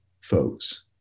folks